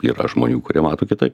yra žmonių kurie mato kitaip